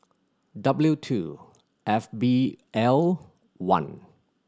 W two F B L one